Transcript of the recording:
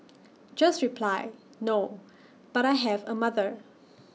just reply no but I have A mother